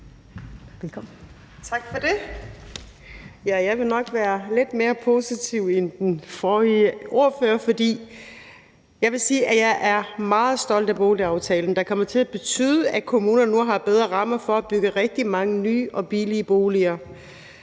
Jeg vil nok være lidt mere positiv end den forrige ordfører, for jeg vil sige, at jeg er meget stolt af boligaftalen, der kommer til at betyde, at kommunerne nu får bedre rammer for at bygge rigtig mange nye og billige boliger